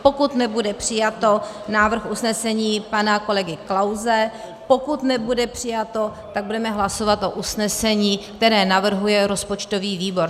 Pokud nebude přijato, návrh usnesení pana kolegy Klause, pokud nebude přijato, tak budeme hlasovat o usnesení, které navrhuje rozpočtový výbor.